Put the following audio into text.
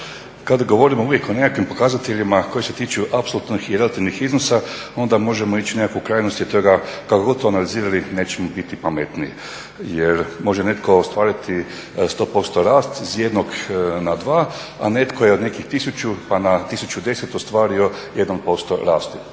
kada govorimo uvijek o nekakvim pokazateljima koji se tiču apsolutno … iznosa onda možemo ići u nekakvu krajnost … kako god to analizirali nećemo biti pametniji jer može netko ostvariti 100% rast s 1 na 2, a netko je od nekih 1000 pa na 1010 ostvario 1% rasta.